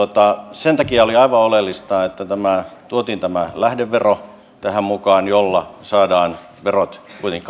sen takia oli aivan oleellista että tähän tuotiin mukaan tämä lähdevero jolla saadaan verot kuitenkin